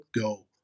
go